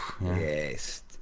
yes